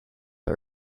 but